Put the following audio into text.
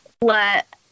let